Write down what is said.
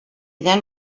then